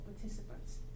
participants